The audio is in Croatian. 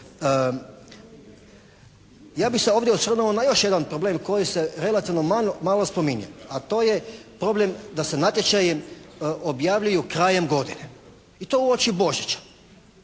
Ja bih se ovdje osvrnuo na još jedan problem koji se relativno malo spominje, a to je problem da se natječaji objavljuju krajem godine i to uoči Božića.